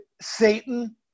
Satan